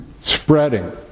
spreading